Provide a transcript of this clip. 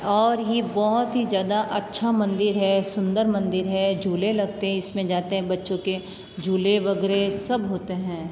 और ये बहुत ही ज़्यादा अच्छा मंदिर है सुंदर मंदिर है झूले लगते हैं इसमें जाते हैं बच्चों के झूले वगैरह सब होते हैं